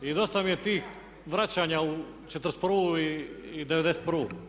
I dosta mi je tih vraćanja u '41. i '91.